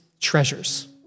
treasures